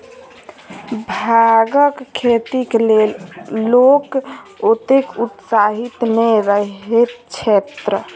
भांगक खेतीक लेल लोक ओतेक उत्साहित नै रहैत छैथ